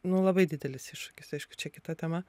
nu labai didelis iššūkis aišku čia kita tema